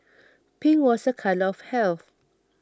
pink was a colour of health